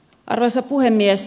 arvoisa puhemies